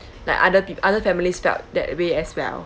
like other peop~ other families felt that way as well